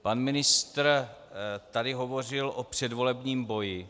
Pan ministr tady hovořil o předvolebním boji.